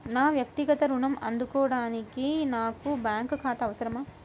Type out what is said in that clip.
నా వక్తిగత ఋణం అందుకోడానికి నాకు బ్యాంక్ ఖాతా అవసరమా?